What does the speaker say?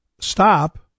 stop